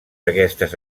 aquestes